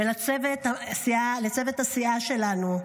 ולצוות הסיעה שלנו.